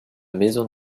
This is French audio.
maison